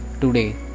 today